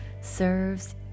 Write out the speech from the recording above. serves